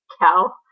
cow